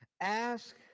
Ask